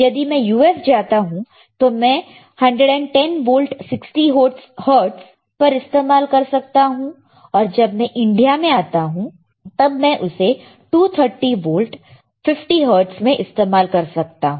यदि मैं US जाता हूं तो मैं 110 वोल्ट 60 हर्ट्ज़ पर इस्तेमाल कर सकता हूं और जब मैं इंडिया में आता हूं तो मैं उससे 230 वोल्ट 50 हर्ट्ज़ मैं इस्तेमाल कर सकता हूं